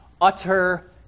utter